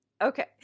Okay